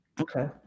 Okay